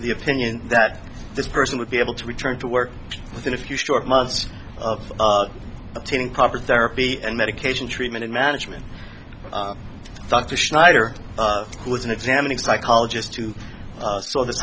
of the opinion that this person would be able to return to work within a few short months of obtaining proper therapy and medication treatment and management doctor schneider was an examining psychologist too so th